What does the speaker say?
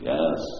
Yes